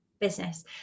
business